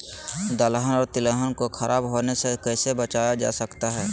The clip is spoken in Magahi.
दलहन और तिलहन को खराब होने से कैसे बचाया जा सकता है?